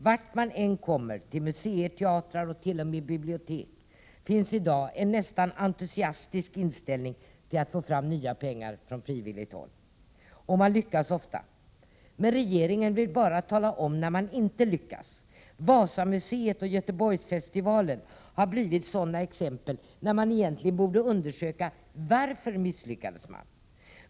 Vart man än kommer, till museer, teater och t.o.m. bibliotek, finns i dag en nästan entusiastisk inställning till att få nya pengar från frivilligt håll. Och man lyckas ofta. Regeringen vill emellertid bara tala om när man inte lyckas. Wasamuseet och Göteborgsfestivalen har blivit exempel på verksamheter. Men man borde egentligen undersöka varför man misslyckades.